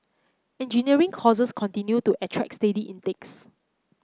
engineering courses continue to attract steady intakes